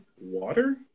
water